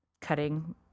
cutting